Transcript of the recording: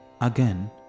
again